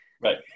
right